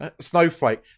Snowflake